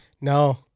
No